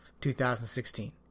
2016